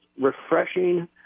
refreshing